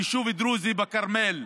יישוב דרוזי בכרמל,